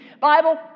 Bible